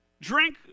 drink